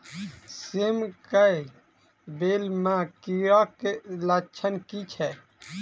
सेम कऽ बेल म कीड़ा केँ लक्षण की छै?